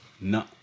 No